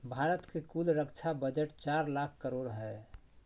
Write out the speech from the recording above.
भारत के कुल रक्षा बजट चार लाख करोड़ हय